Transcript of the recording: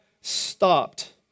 stopped